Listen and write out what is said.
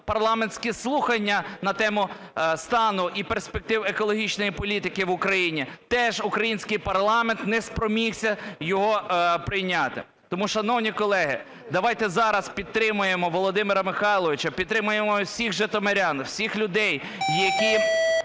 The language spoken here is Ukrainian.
парламентські слухання на тему стану і перспектив екологічної політики в Україні, теж український парламент не спромігся його прийняти. Тому, шановні колеги, давайте зараз підтримаємо Володимира Михайловича. Підтримаємо всіх житомирян, всіх людей, які